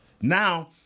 Now –